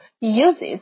uses